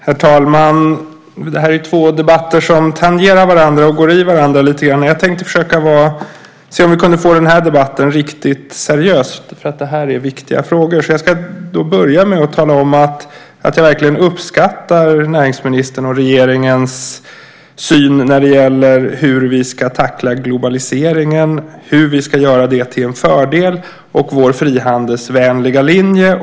Herr talman! Det här är två debatter som tangerar varandra och går i varandra lite grann. Jag tänkte se om vi kunde få den här debatten riktigt seriös, därför att det här är viktiga frågor. Jag ska börja med att tala om att jag verkligen uppskattar näringsministerns och regeringens syn när det gäller hur vi ska tackla globaliseringen, hur vi ska göra det till en fördel och vår frihandelsvänliga linje.